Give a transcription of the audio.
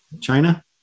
China